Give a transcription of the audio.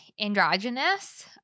androgynous